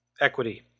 equity